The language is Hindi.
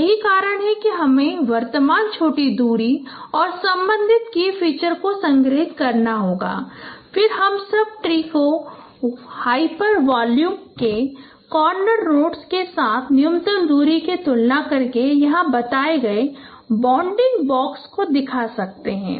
तो यही कारण है कि हमें वर्तमान छोटी दूरी और संबंधित की फीचर को संग्रहीत करना होगा फिर हम सब ट्री को हाइपर वॉल्यूम के कार्नर नोड्स के साथ न्यूनतम दूरी की तुलना करके यहां बताए गए बाउंडिंग बॉक्स को दिखा सकते हैं